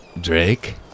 Drake